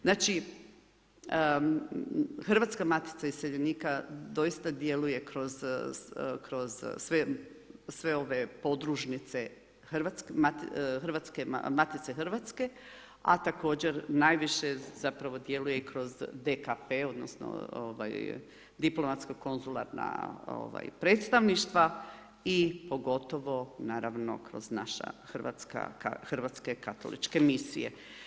Znači Hrvatska matica iseljenika doista djeluje kroz sve ove podružnice Matice hrvatske a također najviše zapravo djeluje kroz DKP, odnosno diplomatsko konzularna predstavništva i pogotovo naravno kroz naše Hrvatske katoličke misije.